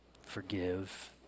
forgive